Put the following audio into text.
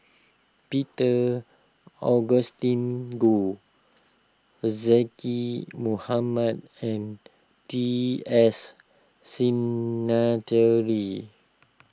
Peter Augustine Goh Zaqy Mohamad and T S Sinnathuray